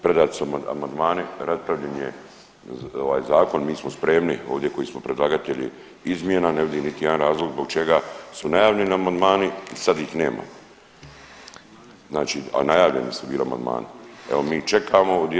Predali smo amandmane, raspravljen je ovaj zakon, mi smo spremni ovdje koji smo predlagatelji izmjena, ne vidim niti jedan razlog zbog čega su najavljeni amandmani i sad ih nema, znači, a najavljeni su bili amandmani, evo mi čekamo, odjednom.